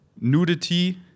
nudity